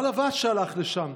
מה לבשת כשהלכת לשם?